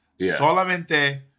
solamente